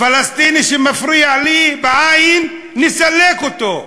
פלסטיני שמפריע לי בעין, נסלק אותו.